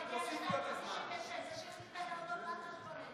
תוסיף לה זמן.